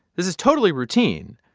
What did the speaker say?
this is totally routine.